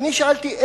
ואני שאלתי,